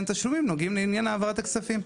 התשלומים נוגעים לעניין העברת הכספים.